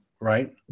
right